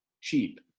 cheap